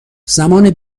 زمان